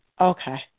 Okay